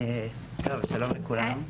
שלום לכולם.